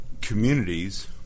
communities